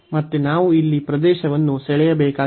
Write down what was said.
ಮತ್ತೆ ನಾವು ಇಲ್ಲಿ ಪ್ರದೇಶವನ್ನು ಸೆಳೆಯಬೇಕಾಗಿದೆ